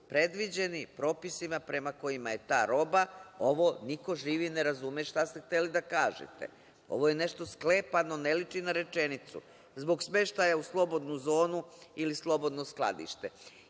predviđeni propisima prema kojima je ta roba. Ovo niko živi ne razume šta ste hteli da kažete. Ovo je nešto sklepano, ne liči na rečenicu – zbog smeštaja u slobodnu zonu ili slobodno skladište.I